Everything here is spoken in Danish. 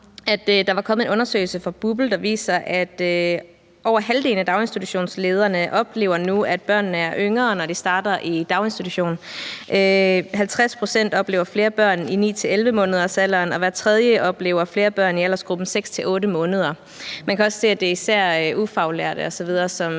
der var kommet en undersøgelse fra BUPL, der viser, at over halvdelen af daginstitutionslederne nu oplever, at børnene er yngre, når de starter i daginstitution. 50 pct. oplever flere børn i 9-11-månedersalderen, og hver tredje oplever flere børn i aldersgruppen 6-8 måneder. Man kan også se, at det især er ufaglærte osv., som